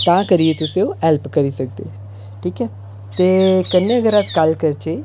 तां करी तुस हैल्प करी सकदे ठीक ऐ ते कन्नै अगर अस गल्ल करचै